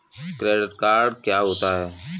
Credit card क्या होता है?